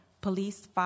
police